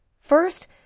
First